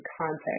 context